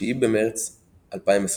9 במרץ 2021